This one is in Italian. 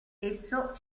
esso